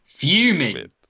Fuming